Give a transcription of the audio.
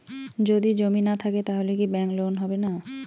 যদি জমি না থাকে তাহলে কি ব্যাংক লোন হবে না?